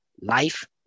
life